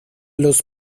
los